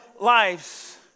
lives